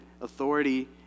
authority